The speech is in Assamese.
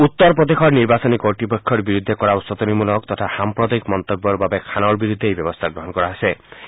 উত্তৰ প্ৰদেশৰ নিৰ্বাচনী কৰ্ত্তপক্ষৰ বিৰুদ্ধে কৰা উচতনিমূলক তথা সাম্প্ৰদায়িক মন্তব্যৰ বাবে খানৰ বিৰুদ্ধে এই ব্যৱস্থা গ্ৰহণ কৰা হৈচে